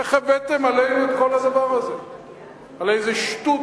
איך הבאתם עלינו את כל הדבר הזה על איזו שטות,